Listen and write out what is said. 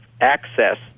access